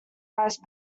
vice